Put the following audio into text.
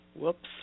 Whoops